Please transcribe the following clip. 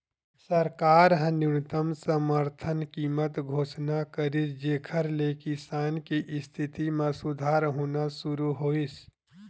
सरकार ह न्यूनतम समरथन कीमत घोसना करिस जेखर ले किसान के इस्थिति म सुधार होना सुरू होइस